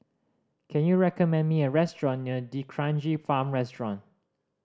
can you recommend me a restaurant near D'Kranji Farm restaurant